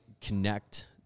connect